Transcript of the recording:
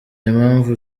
impamvu